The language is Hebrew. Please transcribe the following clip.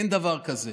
אין דבר כזה.